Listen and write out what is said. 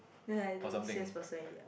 then like that no need sales person already ah